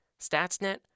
StatsNet